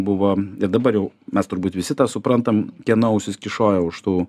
buvo ir dabar jau mes turbūt visi suprantam kieno ausys kyšojo už tų